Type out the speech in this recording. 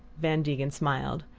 van degen smiled.